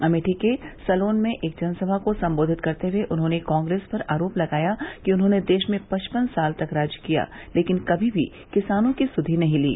अमेठी के सलोन में एक जनसभा को संबोधित करते हुए उन्होंने कांग्रेस पर आरोप लगाया कि उन्होंने देश में पचपन साल तक राज किया लेकिन कभी भी किसानों की सुधि नहीं ली